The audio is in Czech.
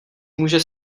může